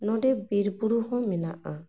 ᱱᱚᱸᱰᱮ ᱵᱤᱨᱵᱩᱨᱩ ᱦᱚᱸ ᱢᱮᱱᱟᱜᱼᱟ